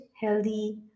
healthy